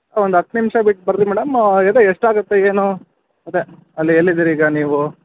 ಒಂದು ಹತ್ತು ನಿಮಿಷ ಬಿಟ್ಟು ಬರಲಿ ಮೇಡಮ್ ಎಲ್ಲ ಎಷ್ಟಾಗತ್ತೆ ಏನು ಅದೇ ಅಲ್ಲಿ ಎಲ್ಲಿದ್ದೀರಿ ಈಗ ನೀವು